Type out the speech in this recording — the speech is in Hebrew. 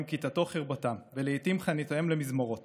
וכתתו חרבותם לאתים וחניתותיהם למזמרות